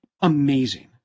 amazing